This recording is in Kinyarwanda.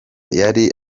yari